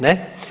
Ne.